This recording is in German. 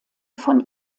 von